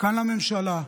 כאן לממשלה,